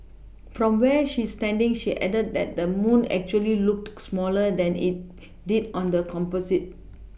from where she's standing she added that the moon actually looked smaller than it did on the Composite